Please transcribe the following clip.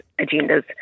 agendas